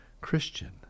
Christian